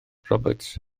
roberts